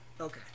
Okay